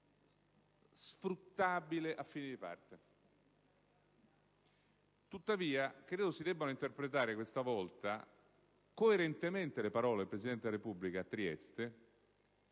sfruttabile a fini di parte. Credo tuttavia si debbano interpretare, questa volta coerentemente, le parole pronunciate dal Presidente della Repubblica a Trieste